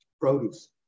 produce